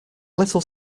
little